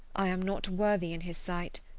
i am not worthy in his sight.